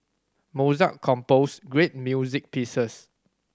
Mozart composed great music pieces